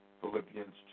Philippians